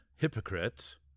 hypocrites